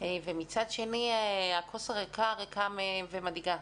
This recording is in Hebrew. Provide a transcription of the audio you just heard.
ומצד שני הכוס ריקה ומדאיגה.